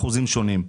האחוזים שונים.